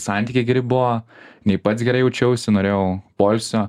santykiai geri buvo nei pats gerai jaučiausi norėjau poilsio